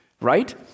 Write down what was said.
right